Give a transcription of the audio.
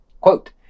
Quote